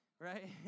right